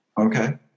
Okay